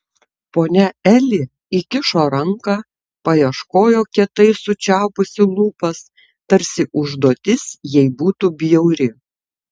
ponia eli įkišo ranką paieškojo kietai sučiaupusi lūpas tarsi užduotis jai būtų bjauri